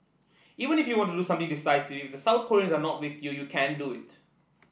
even if you want to do something decisive if the South Koreans are not with you you can't do it